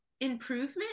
improvement